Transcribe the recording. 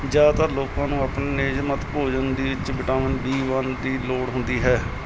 ਜ਼ਿਆਦਾਤਰ ਲੋਕਾਂ ਨੂੰ ਆਪਣੇ ਨਿਯਮਿਤ ਭੋਜਨ ਵਿੱਚ ਵਿਟਾਮਿਨ ਬੀ ਵਨ ਦੀ ਲੋੜ ਹੁੰਦੀ ਹੈ